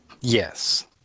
yes